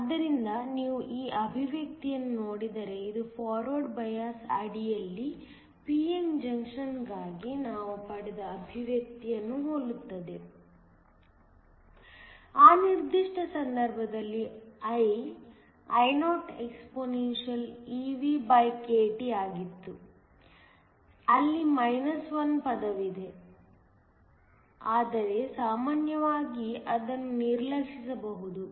ಆದ್ದರಿಂದ ನೀವು ಈ ಅಭಿವ್ಯಕ್ತಿಯನ್ನು ನೋಡಿದರೆ ಇದು ಫಾರ್ವರ್ಡ್ ಬಯಾಸ್ ಅಡಿಯಲ್ಲಿ p n ಜಂಕ್ಷನ್ಗಾಗಿ ನಾವು ಪಡೆದ ಅಭಿವ್ಯಕ್ತಿಗೆ ಹೋಲುತ್ತದೆ ಆ ನಿರ್ದಿಷ್ಟ ಸಂದರ್ಭದಲ್ಲಿ I IoexpeVkT ಆಗಿತ್ತು ಅಲ್ಲಿ 1 ಪದವಿದೆ ಆದರೆ ಸಾಮಾನ್ಯವಾಗಿ ಅದನ್ನು ನಿರ್ಲಕ್ಷಿಸಬಹುದು